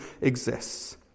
exists